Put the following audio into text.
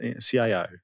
CIO